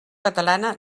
catalana